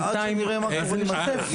בינתיים אנחנו נראה מה קורה איתם באופן שוטף.